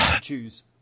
choose